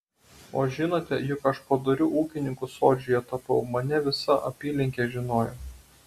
o žinote juk aš padoriu ūkininku sodžiuje tapau mane visa apylinkė žinojo